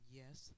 yes